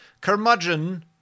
curmudgeon